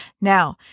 Now